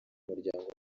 muryango